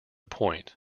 point